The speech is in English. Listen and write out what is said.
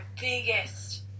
biggest